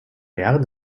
ehren